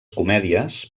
comèdies